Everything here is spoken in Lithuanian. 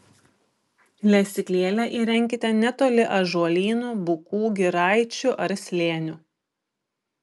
lesyklėlę įrenkite netoli ąžuolynų bukų giraičių ar slėnių